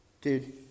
Dude